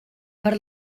per